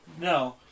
No